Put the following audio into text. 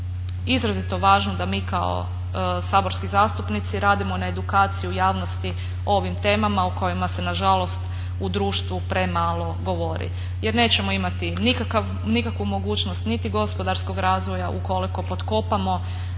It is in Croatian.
izrazito važno da mi kao saborski zastupnici radimo na edukaciji javnosti o ovim temama o kojima se nažalost u društvu premalo govori. Jer nećemo imati nikakvu mogućnost niti gospodarskog razvoja ukoliko potkopamo